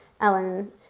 Ellen